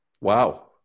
Wow